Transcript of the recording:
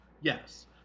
Yes